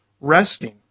resting